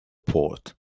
port